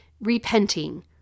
repenting